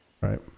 right